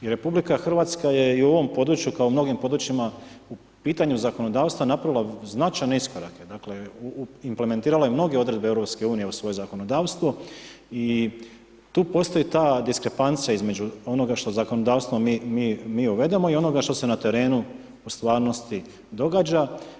I RH je u ovom području kao i mnogim područjima u pitanju zakonodavstva napravila značajan iskorake, dakle, implementirala je mnoge odredbe EU u svoje zakonodavstvo i tu postoji ta diskrepancija između onoga što zakonodavstvo mi uvedemo i onoga što se na terenu u stvarnosti događa.